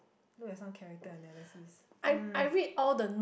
look at some character analysis um